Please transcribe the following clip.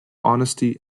honesty